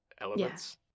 elements